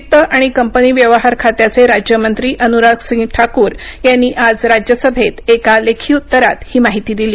वित्त आणि कंपनी व्यवहार खात्याचे राज्यमंत्री अनुराग सिंग ठाकूर यांनी आज राज्यसभेत एका लेखी उत्तरात ही माहिती दिली